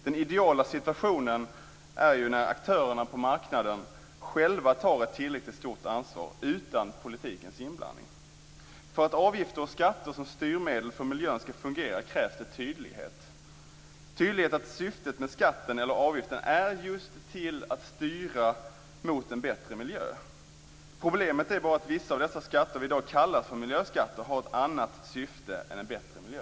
Den ideala situationen är ju när aktörerna på marknaden själva tar ett tillräckligt stort ansvar utan politikens inblandning. För att avgifter och skatter skall fungera som styrmedel för miljön krävs det tydlighet - tydlighet i fråga om att syftet med skatten eller avgiften är att just styra utvecklingen mot en bättre miljö. Problemet är att vissa av de skatter vi i dag kallar miljöskatter har ett annat syfte än att ge en bättre miljö.